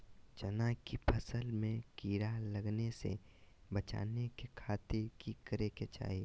चना की फसल में कीड़ा लगने से बचाने के खातिर की करे के चाही?